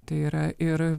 tai yra ir